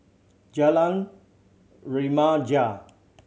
Jalan Remaja